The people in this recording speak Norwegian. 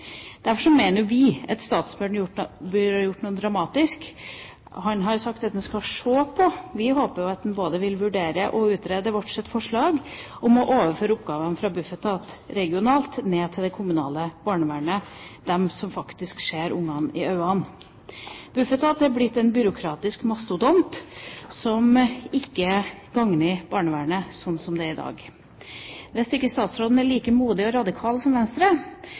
ha gjort noe dramatisk. Han har sagt at han skal se på – vi håper jo at han både vil vurdere og utrede – vårt forslag om å overføre oppgavene fra Bufetat regionalt ned til det kommunale barnevernet, de som faktisk ser barna i øynene. Bufetat er blitt en byråkratisk mastodont, som ikke gagner barnevernet, slik som det er i dag. Hvis ikke statsråden er like modig og like radikal som Venstre,